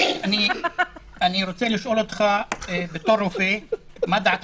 אני רוצה לשאול אותך בתור רופא מה דעת